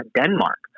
Denmark